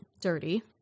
dirty